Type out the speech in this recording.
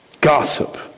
Gossip